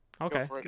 Okay